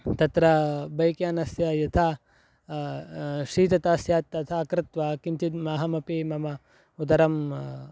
तत्र बैक्यानस्य यथा शीतता स्यात् तथा कृत्वा किञ्चित् अहमपि मम उदरं